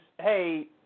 hey